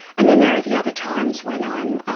and then there are the other times when um